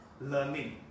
learning